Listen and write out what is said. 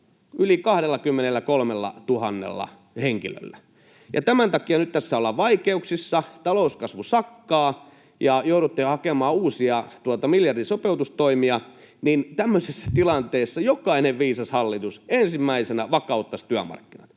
yli 23 000 henkilöllä, ja tämän takia nyt tässä ollaan vaikeuksissa. Talouskasvu sakkaa, ja joudutte hakemaan uusia miljardien sopeutustoimia. Tämmöisessä tilanteessa jokainen viisas hallitus ensimmäisenä vakauttaisi työmarkkinat,